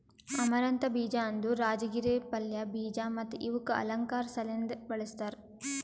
amaranth ಬೀಜ ಅಂದುರ್ ರಾಜಗಿರಾ ಪಲ್ಯ, ಬೀಜ ಮತ್ತ ಇವುಕ್ ಅಲಂಕಾರ್ ಸಲೆಂದ್ ಬೆಳಸ್ತಾರ್